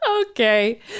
okay